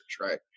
right